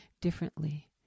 differently